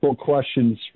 questions